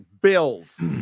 Bills